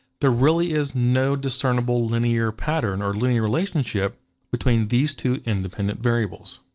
there really is no discernible linear pattern or linear relationship between these two independent variables.